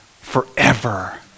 forever